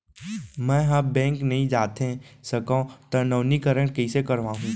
मैं ह बैंक नई जाथे सकंव त नवीनीकरण कइसे करवाहू?